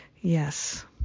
Yes